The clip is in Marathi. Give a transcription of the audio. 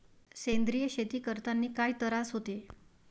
सेंद्रिय शेती करतांनी काय तरास होते?